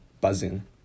buzzing